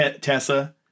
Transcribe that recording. Tessa